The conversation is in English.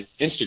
Instagram